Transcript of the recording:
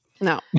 No